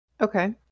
Okay